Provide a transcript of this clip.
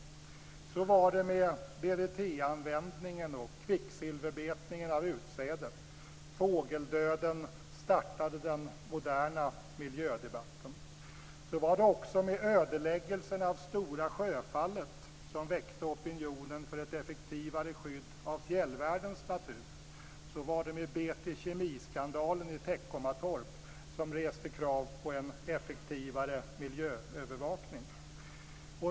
Så var det med DDT-användningen och kvicksilverbetningen av utsäde. Fågeldöden startade den moderna miljödebatten. Så var det också med ödeläggelsen av Stora Sjöfallet, som väckte opinionen för effektivare skydd av fjällvärldens natur. Så var det med BT Kemi-skandalen i Teckomatorp, som reste krav på en effektivare miljöövervakning.